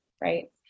right